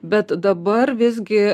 bet dabar visgi